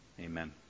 Amen